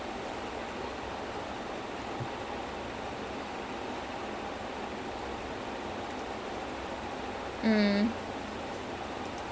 then like those his craziest fans will go to the theatres but then like the rest will go and watch it on the streaming platform so then at least it's safer